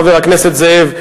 חבר הכנסת זאב,